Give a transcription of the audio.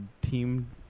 team